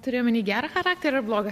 turi omeny gerą charakterį ar blogą